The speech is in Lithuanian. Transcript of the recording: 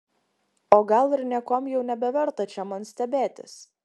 o gal ir niekuom jau nebeverta čia man stebėtis